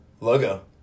logo